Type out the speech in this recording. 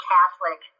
Catholic